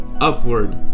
Upward